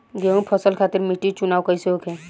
गेंहू फसल खातिर मिट्टी चुनाव कईसे होखे?